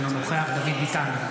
אינו נוכח דוד ביטן,